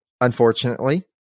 Unfortunately